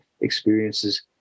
experiences